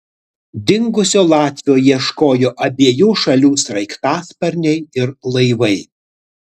dingusio latvio ieškojo abiejų šalių sraigtasparniai ir laivai